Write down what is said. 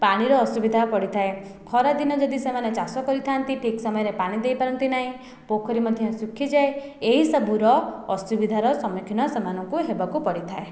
ପାଣିର ଅସୁବିଧା ପଡ଼ିଥାଏ ଖରା ଦିନେ ଯଦି ସେମାନେ ଚାଷ କରିଥାନ୍ତି ଠିକ୍ ସମୟରେ ପାଣି ଦେଇପାରନ୍ତି ନାହିଁ ପୋଖରୀ ମଧ୍ୟ ଶୁଖିଯାଏ ଏହି ସବୁର ଅସୁବିଧାର ସମ୍ମୁଖୀନ ସେମାନଙ୍କୁ ହେବାକୁ ପଡ଼ିଥାଏ